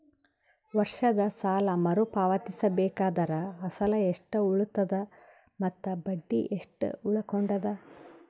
ವರ್ಷದ ಸಾಲಾ ಮರು ಪಾವತಿಸಬೇಕಾದರ ಅಸಲ ಎಷ್ಟ ಉಳದದ ಮತ್ತ ಬಡ್ಡಿ ಎಷ್ಟ ಉಳಕೊಂಡದ?